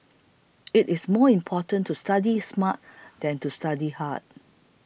it is more important to study smart than to study hard